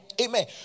Amen